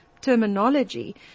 terminology